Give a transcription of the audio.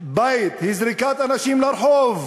בית היא זריקת אנשים לרחוב.